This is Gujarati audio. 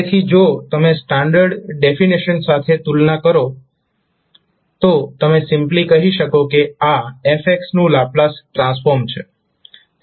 તેથી જો તમે સ્ટાન્ડર્ડ ડેફિનેશન સાથે તુલના કરો તો તમે સિમ્પ્લી કહી શકો કે આ 𝑓𝑥 નું લાપ્લાસ ટ્રાન્સફોર્મ છે